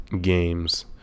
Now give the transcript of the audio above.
games